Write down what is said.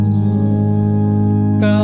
God